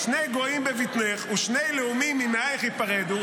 "שני גיים בבטנך ושני לאומים ממעיך יפרדו,